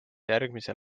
järgmise